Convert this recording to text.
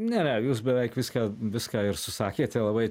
ne jūs beveik viską viską ir susakėte labai